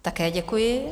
Také děkuji.